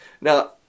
Now